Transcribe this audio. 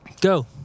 go